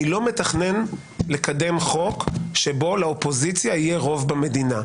אני לא מתכנן לקדם חוק שבו לאופוזיציה יהיה רוב במדינה.